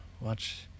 watch